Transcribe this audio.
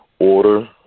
order